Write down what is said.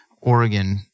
Oregon